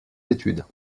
études